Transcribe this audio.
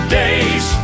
days